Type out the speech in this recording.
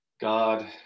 God